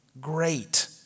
great